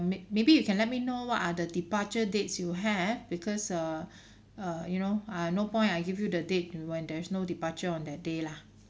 may~ maybe you can let me know what are the departure dates you have because err uh you know ah no point I give you the date when there's no departure on that day lah